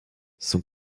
son